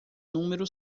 número